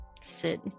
sit